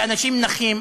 לאנשים נכים,